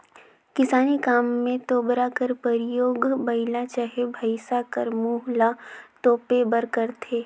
किसानी काम मे तोबरा कर परियोग बइला चहे भइसा कर मुंह ल तोपे बर करथे